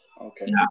Okay